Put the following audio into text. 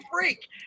freak